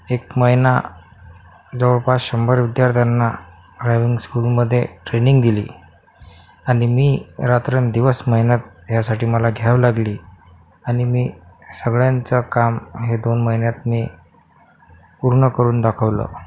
एक महिना जवळपास शंभर विद्यार्थ्यांना ड्रायविंग स्कूलमध्ये ट्रेनिंग दिली आणि मी रात्रंदिवस मेहनत यासाठी मला घ्यावी लागली आणि मी सगळ्यांचं काम हे दोन महिन्यात मी पूर्ण करून दाखवलं